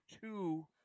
two